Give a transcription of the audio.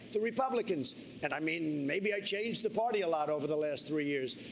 the republicans, and i mean, maybe i changed the party a lot over the last three years,